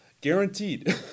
Guaranteed